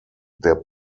der